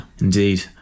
Indeed